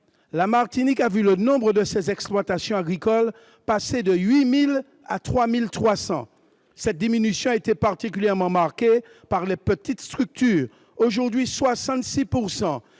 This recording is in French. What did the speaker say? la Martinique a vu le nombre de ses exploitations agricoles passer de 8 000 à 3 300. Cette diminution a été particulièrement marquée pour les petites structures. Aujourd'hui, 66 %